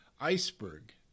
iceberg